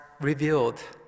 revealed